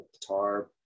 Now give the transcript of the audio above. guitar